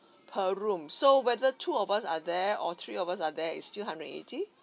per room so whether two of us are there or three of us are there is still hundred and eighty